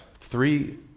three